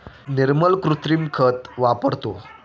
निर्मल कृत्रिम खत वापरतो